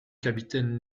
capitaine